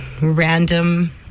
random